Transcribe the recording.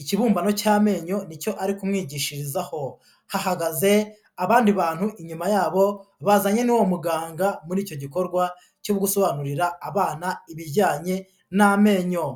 ikibumbano cy'amenyo ni cyo ari kumwigishirizaho, hahagaze abandi bantu inyuma yabo bazanye n'uwo muganga muri icyo gikorwa cyo gusobanurira abana ibijyanye n'amenyo.